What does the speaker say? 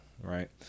right